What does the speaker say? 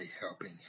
helping